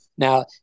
Now